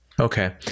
Okay